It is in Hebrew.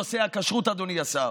בנושא הכשרות, אדוני השר,